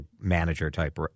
manager-type